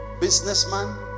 businessman